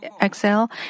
excel